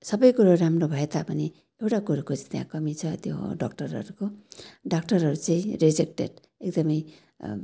सबै कुरो राम्रो भएता पनि एउटा कुरोको चाहिँ त्यहाँ कमि छ त्यो हो डाक्टरहरूको डाक्टरहरू चाहिँ रिजेक्टेड एकदमै